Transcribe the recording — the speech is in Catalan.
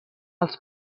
als